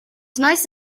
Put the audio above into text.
nice